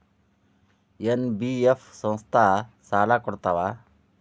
NBF ಸಂಸ್ಥಾ ಸಾಲಾ ಕೊಡ್ತಾವಾ?